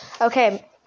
okay